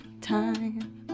time